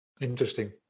Interesting